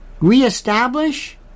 Reestablish